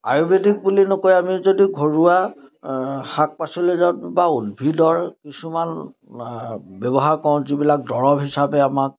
আয়ুৰ্বেদিক বুলি নকৈ আমি যদি ঘৰুৱা শাক পাচলি যাওঁ বা উদ্ভিদৰ কিছুমান ব্যৱহাৰ কৰোঁ যিবিলাক দৰৱ হিচাপে আমাক